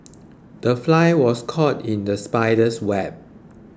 the fly was caught in the spider's web